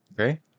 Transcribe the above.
Okay